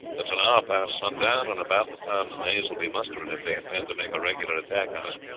it is an hour past sundown, and about the time the knaves will be mustering if they intend to make a regular attack on us.